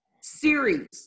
series